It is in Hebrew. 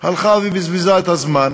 הלכה ובזבזה את הזמן.